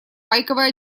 байковое